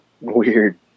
weird